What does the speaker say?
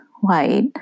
white